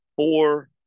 Four